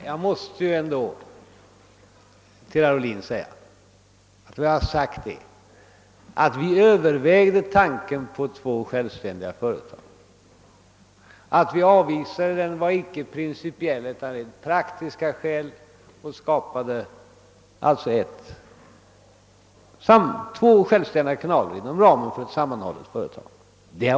Herr talman! Jag vill säga till herr Ohlin att vi övervägde tanken på två självständiga företag. Vi avvisade den inte av principiella utan av praktiska skäl och skapade två självständiga kanaler inom ramen för ett sammanhållet företag.